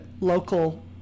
local